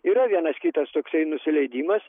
yra vienas kitas toksai nusileidimas